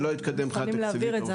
זה לא התקדם מבחינה תקציבית.